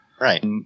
Right